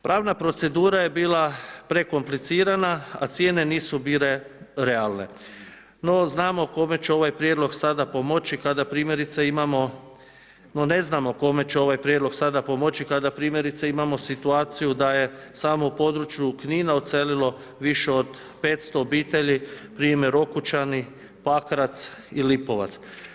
Pravna procedura je bila prekomplicirana a cijene nisu bile realne, no znamo kome će ovaj prijedlog sad pomoći kada primjerice imamo, no ne znamo kome će ovaj prijedlog sada pomoći, kada primjerice, imamo situaciju da je samo u području Knina, odselilo više od 500 obitelji, primjer Okučani, Pakrac i Lipovac.